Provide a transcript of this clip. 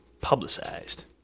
Publicized